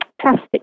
plastic